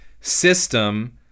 system